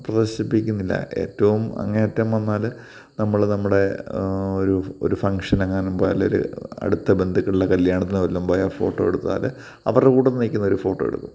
പ്രദർശിപ്പിക്കുന്നില്ല ഏറ്റവും അങ്ങേയറ്റം വന്നാൽ നമ്മൾ നമ്മുടെ ഒരു ഒരു ഫംഗ്ഷനെങ്ങാനും പോയാൽ അടുത്ത ബന്ധുക്കളുടെ കല്ല്യാണത്തിന് വല്ലതും പോയാൽ ഫോട്ടോ എടുത്താൽ അവരുടെ കൂട്ടത്തിൽ നിൽക്കുന്ന ഒരു ഫോട്ടോ എടുക്കും